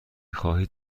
خواهید